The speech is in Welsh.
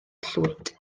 llwyd